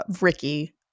Ricky